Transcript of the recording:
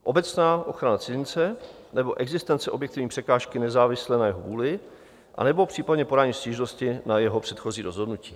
Obecná ochrana cizince nebo existence objektivní překážky nezávislé na jeho vůli anebo případně podání stížnosti na jeho předchozí rozhodnutí.